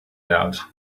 out